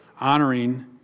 honoring